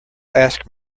asked